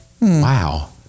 Wow